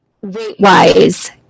weight-wise